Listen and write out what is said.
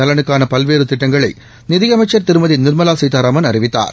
நலனுக்கானபல்வேறுதிட்டங்களைநிதியமைச்சன் திருமதி நிர்மலாசீதாராமன் அறிவித்தார்